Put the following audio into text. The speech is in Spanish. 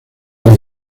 del